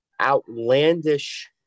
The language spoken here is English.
outlandish